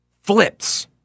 flips